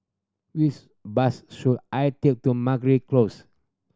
which bus should I take to Meragi Close